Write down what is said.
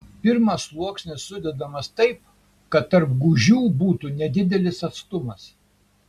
pirmas sluoksnis sudedamas taip kad tarp gūžių būtų nedidelis atstumas